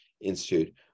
Institute